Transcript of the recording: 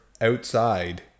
outside